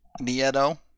Nieto